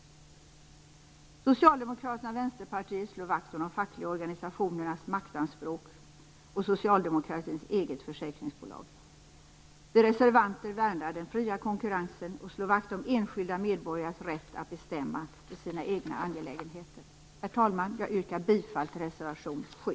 Socialdemokraterna och Vänsterpartiet slår vakt om de fackliga organisationernas maktanspråk och socialdemokratins eget försäkringsbolag. Vi reservanter värnar den fria konkurrensen och slår vakt om enskilda medborgares rätt att bestämma i sina egna angelägenheter. Herr talman! Jag yrkar bifall till reservation 7.